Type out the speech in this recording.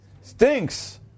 stinks